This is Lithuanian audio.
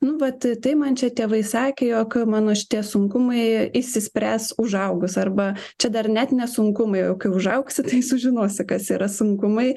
nu vat tai man čia tėvai sakė jog mano šitie sunkumai išsispręs užaugus arba čia dar net ne sunkumai o kai užaugsi tai sužinosi kas yra sunkumai